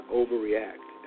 overreact